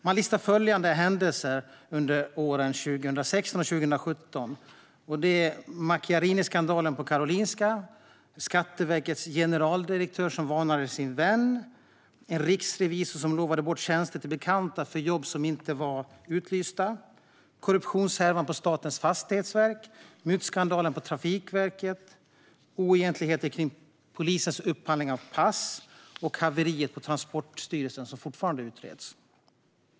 Man listar följande händelser under åren 2016 och 2017: Macchiariniskandalen på Karolinska, Skatteverkets generaldirektör som varnade sin vän, en riksrevisor som lovade bort tjänster som inte var utlysta till bekanta, korruptionshärvan på Statens fastighetsverk, mutskandalen på Trafikverket, oegentligheteter kring polisens upphandling av pass och haveriet på Transportstyrelsen, som fortfarande utreds.